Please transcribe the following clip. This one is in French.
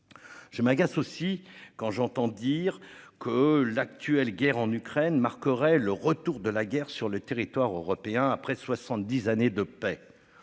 Je m'agace aussi quand j'entends dire que l'actuelle guerre en Ukraine marquerait le retour de la guerre sur le territoire européen. Après 70 années de paix,